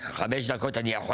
ושאני רוצה